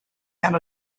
and